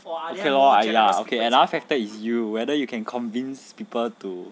okay lor ya lah okay another factor is you whether you can convince people to